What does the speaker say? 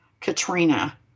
Katrina